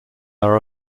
are